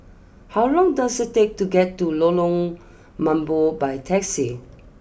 how long does it take to get to Lorong Mambong by taxi